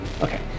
Okay